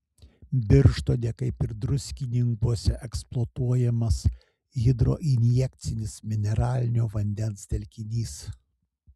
birštone kaip ir druskininkuose eksploatuojamas hidroinjekcinis mineralinio vandens telkinys